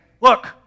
look